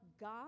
God